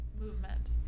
movement